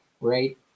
right